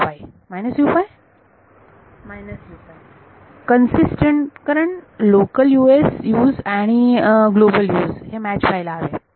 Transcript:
विद्यार्थी कन्सिस्टंट कारण local Us आणि ग्लोबल Us हे मॅच व्हायला हवे